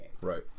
Right